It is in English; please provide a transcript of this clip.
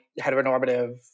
heteronormative